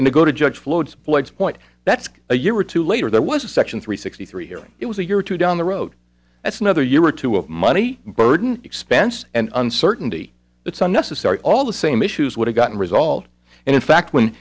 and they go to judge loads floods point that's a year or two later there was a section three sixty three hearing it was a year or two down the road that's another year or two of money burden expense and uncertainty it's unnecessary all the same issues would have gotten resolved and in fact when